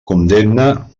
condemne